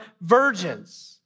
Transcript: virgins